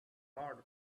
lord